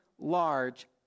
large